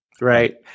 right